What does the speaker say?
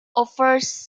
offers